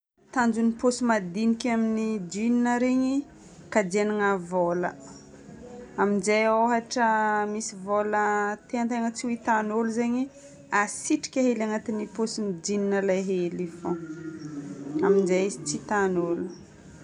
Tanjon'ny paosy madinika amin'ny jeans regny: kajiana vôla. Aminjay ôhatra misy vôla tian-tegna tsy ho hitan'olo zegny, asitrika hely agnatin'ny paosin'ilay jeans ilay hely igny fôgna. Aminjay izy tsy hitan'olo.